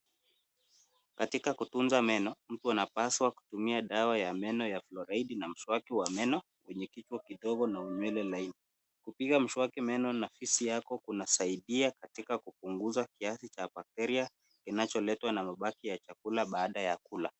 Katika kutunza meno, mtu anapaswa kutumia dawa ya meno ya fluoride na mswaki wa meno wenye kichwa kidogo na unywele laini. Kupiga mswaki meno na fizi yako kunasaidia katika kupunguza kiasi cha bacteria kinacholetwa na mabaki ya chakula baada ya kula.